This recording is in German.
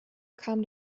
kam